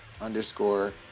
underscore